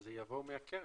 זה יבוא מהקרן.